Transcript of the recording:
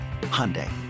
Hyundai